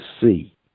see